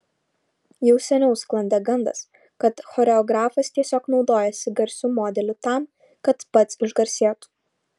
jau seniau sklandė gandas kad choreografas tiesiog naudojasi garsiu modeliu tam kad pats išgarsėtų